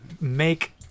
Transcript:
make